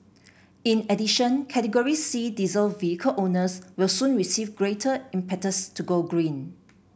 in addition Category C diesel vehicle owners will soon receive greater impetus to go green